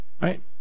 right